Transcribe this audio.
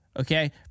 Okay